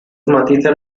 matices